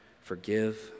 Forgive